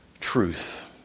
truth